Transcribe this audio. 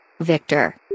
Victor